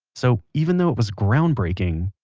so even though it was ground breaking,